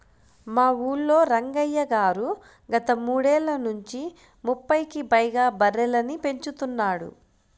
మా ఊల్లో రంగయ్య గారు గత మూడేళ్ళ నుంచి ముప్పైకి పైగా బర్రెలని పెంచుతున్నాడు